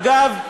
אגב,